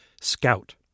scout